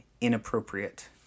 inappropriate